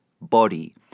body